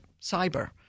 cyber –